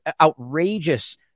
outrageous